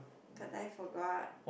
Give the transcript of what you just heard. totally forgot